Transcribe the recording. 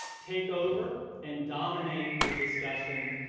take over and dominate the discussion,